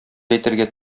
әйтергә